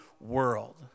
world